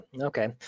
okay